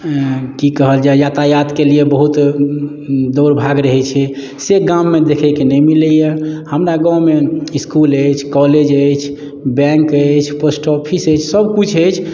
की कहल जाए यातायातके लिए बहुत दौड़ भाग रहैत छै से गाममे देखैके नहि मिलैए हमरा गाममे इस्कुल अछि कॉलेज अछि बैंक अछि पोस्ट ऑफिस अछि सभकिछु अछि